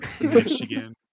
Michigan